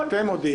או בראשון ואילך.